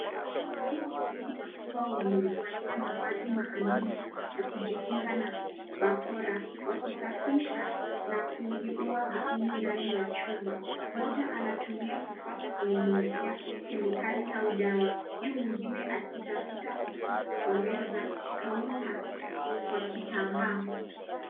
Wamama wawili wakiwa wamevalia mavazi maalum ya kujikinga na bakora wakisafisha na kujiua vicini ndani ya chupa. Mmoja anatumia kifaa cha kunyunyuzia kemikali au dawa huyo mwingine akitafuta uso wa meza kaunta kwa kitambaa.